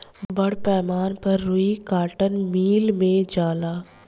बड़ पैमाना पर रुई कार्टुन मिल मे जाला